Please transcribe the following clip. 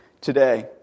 today